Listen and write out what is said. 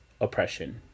oppression